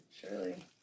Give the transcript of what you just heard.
Surely